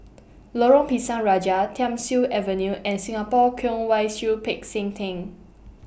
Lorong Pisang Raja Thiam Siew Avenue and Singapore Kwong Wai Siew Peck San Theng